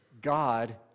God